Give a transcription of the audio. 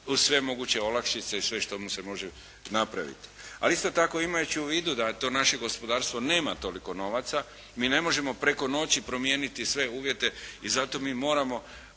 uz sve moguće olakšice i sve što mu se može napraviti. Ali isto tako imajući u vidu da to naše gospodarstvo nema toliko novaca, mi ne možemo preko noći promijeniti sve uvjete i zato mi moramo